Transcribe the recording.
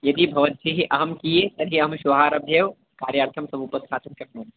यदि भवद्भिः अहं चीये तर्हि अहं श्वः आरभ्य एव कार्यार्थं समुपस्थातुं शक्नोमि